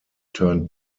turned